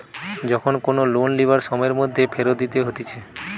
যখন কোনো লোন লিবার সময়ের মধ্যে ফেরত দিতে হতিছে